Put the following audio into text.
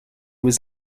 was